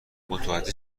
متوجه